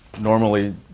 normally